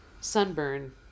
sunburn